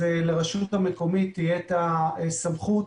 לרשות המקומית תהיה את הסמכות